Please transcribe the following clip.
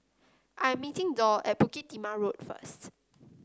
i'm meeting Doll at Bukit Timah Road first